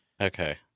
Okay